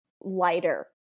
lighter